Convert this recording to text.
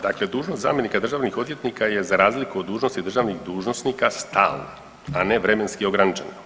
Dakle, dužnost zamjenika državnih odvjetnika je za razliku od dužnosti državnih dužnosnika stalna, a ne vremenski ograničena.